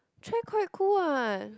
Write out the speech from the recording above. trek quite cool what